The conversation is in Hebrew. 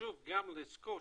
שחשוב גם לזכור,